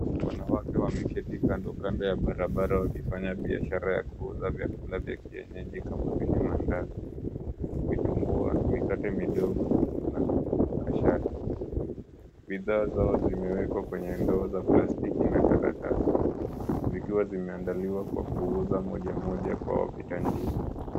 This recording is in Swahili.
Wanawake wameketi kandokando ya barabara wakifanya biashara ya kuuza vyakula vya kienyeji kama vile mandazi, vitumbua, mikate midogo na kashata. Bidhaa zao zimewekwa kwenye ndoo za plastiki na karatasi. Zikiwa zimeandaliwa kwa kuuzwa mojamoja kwa wapita njia.